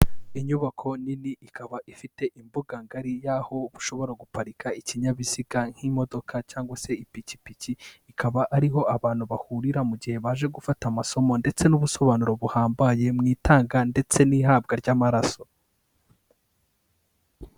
Inyubako nini ikaba ifite imbuga ngari y'aho ushobora guparika ikinyabiziga nk'imodoka cyangwa se ipikipiki, bikaba ari ho abantu bahurira mu gihe baje gufata amasomo ndetse n'ubusobanuro buhambaye mu itanga ndetse n'ihabwa ry'amaraso.